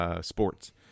Sports